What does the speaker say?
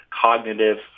cognitive